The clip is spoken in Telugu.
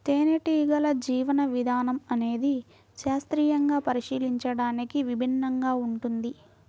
తేనెటీగల జీవన విధానం అనేది శాస్త్రీయంగా పరిశీలించడానికి విభిన్నంగా ఉంటుంది